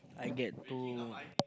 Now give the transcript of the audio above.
I get to